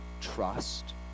trust